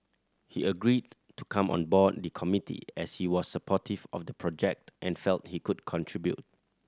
he agreed to come on board the committee as he was supportive of the project and felt he could contribute